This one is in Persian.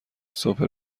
صبح